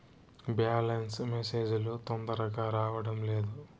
Balance message లు తొందరగా రావడం లేదు?